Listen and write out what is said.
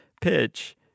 pitch